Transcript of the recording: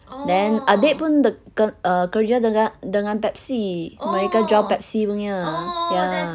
then adik pun the ker~ uh kerja dengan dengan Pepsi mereka jual Pepsi punya ya